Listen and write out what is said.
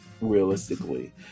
realistically